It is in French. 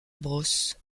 bros